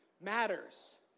matters